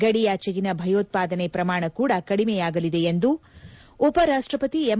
ಗಡಿಯಾಚೆಗಿನ ಭಯೋತ್ಪಾದನೆ ಪ್ರಮಾಣ ಕೂಡ ಕಡಿಮೆಯಾಗಲಿದೆ ಎಂದು ಉಪ ರಾಷ್ಷಪತಿ ಎಂ